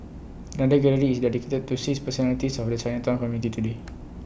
another gallery is dedicated to six personalities of the Chinatown community today